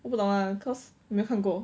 我不懂 lah cause 没看过